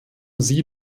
sie